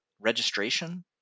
registration